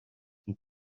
and